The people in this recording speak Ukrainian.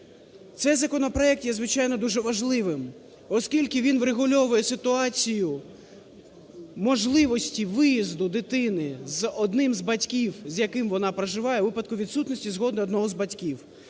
Цей законопроект є звичайно дуже важливим, оскільки він врегульовує ситуацію можливості виїзду дитини з одним з батьків з яким вона проживає у випадку відсутності згоди одного з батьків.